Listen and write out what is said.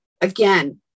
Again